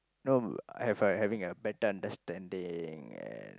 no I have like having a better understanding and